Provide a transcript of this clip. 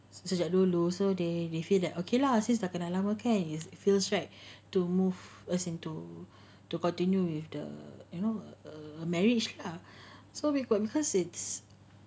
sejak dulu so they they feel that okay lah since dah kenal lama kan and feels right to move us into to continue with the you know marriage ah so maybe because it's